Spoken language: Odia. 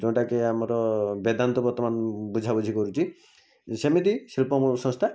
ଯେଉଁଟା କି ଆମର ବେଦାନ୍ତ ବର୍ତ୍ତମାନ ବୁଝା ବୁଝି କରୁଛି ସେମିତି ଶିଳ୍ପ ଏବଂ ସଂସ୍ଥା